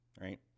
right